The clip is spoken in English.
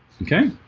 okay